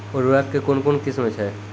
उर्वरक कऽ कून कून किस्म छै?